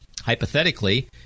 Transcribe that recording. hypothetically